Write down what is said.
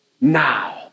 now